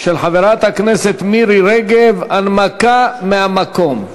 של חברת הכנסת מירי רגב, הנמקה מהמקום.